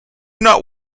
not